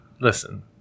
listen